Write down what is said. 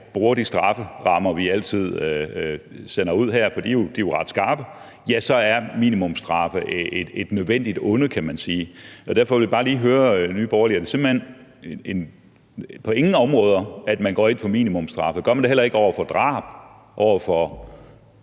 bruger de strafferammer, vi fastsætter herfra, for de er jo ret skarpe, ja, så er minimumsstraffe et nødvendigt onde, kan man sige. Derfor vil jeg bare lige høre Nye Borgerlige: Er det simpelt hen på ingen områder, at man går ind for minimumsstraffe? Gør man det heller ikke i forhold til